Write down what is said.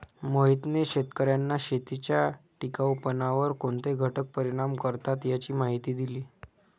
मोहितने शेतकर्यांना शेतीच्या टिकाऊपणावर कोणते घटक परिणाम करतात याची माहिती दिली